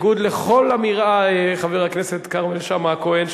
חבר הכנסת כרמל שאמה-הכהן,